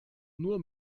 nur